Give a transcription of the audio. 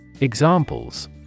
Examples